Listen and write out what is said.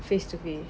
face to face